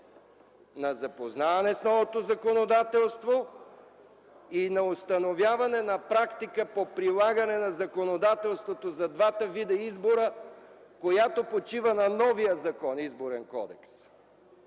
на запознаване с новото законодателство и на установяване на практика по прилагане на законодателството за двата вида избора, която почива на новия закон – Изборен кодекс.